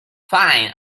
fine